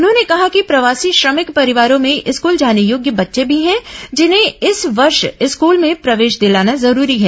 उन्होंने कहा कि प्रवासी श्रमिक परिवारों में स्कूल जाने योग्य बच्चे भी हैं जिन्हें इस वर्ष स्कूल में प्रवेश दिलाना जरूरी है